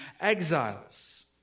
exiles